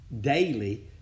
daily